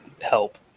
help